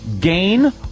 gain